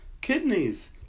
Kidneys